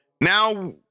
now